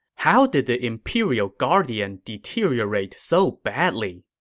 how did the imperial guardian deteriorate so badly?